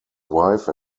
wife